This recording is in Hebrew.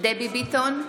דבי ביטון,